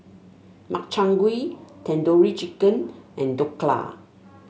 Makchang Gui Tandoori Chicken and Dhokla